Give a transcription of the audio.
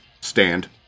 Stand